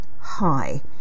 high